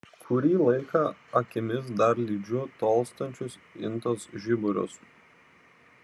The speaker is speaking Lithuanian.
kurį laiką akimis dar lydžiu tolstančius intos žiburius